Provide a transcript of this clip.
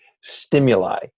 stimuli